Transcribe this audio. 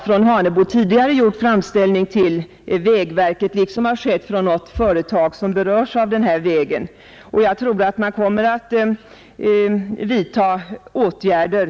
Från Hanebo har man tidigare — liksom från något företag som berörs av vägen — till vägverket framställt önskemål om åtgärder.